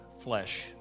flesh